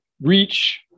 reach